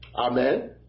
Amen